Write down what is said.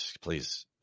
please